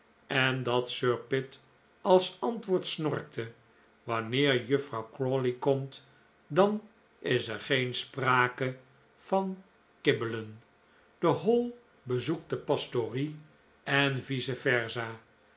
en dat sir pitt als antwoord snorkte wanneer juffrouw crawley komt dan is er geen sprake van kibbelen de hall bezoekt de pastorie en vice versa